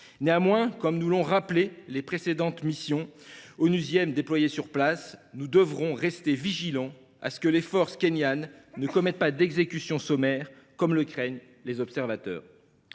Néanmoins, comme nous l’ont rappelé les précédentes missions des Nations unies déployées sur place, nous devrons rester vigilants pour faire en sorte que les forces kenyanes ne commettent pas d’exécutions sommaires, comme le craignent les observateurs.